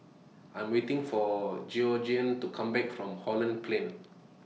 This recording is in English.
I Am waiting For Georgeann to Come Back from Holland Plain